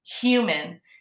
human